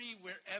wherever